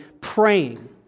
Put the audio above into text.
praying